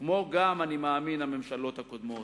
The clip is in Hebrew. כמו גם, אני מאמין, הממשלות הקודמות.